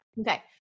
Okay